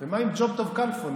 ומה עם ג'וב טוב כלפון?